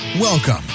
Welcome